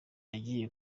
yagiye